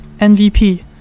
MVP